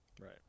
Right